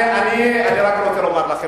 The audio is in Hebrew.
אני רק רוצה לומר לכם,